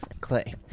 Clay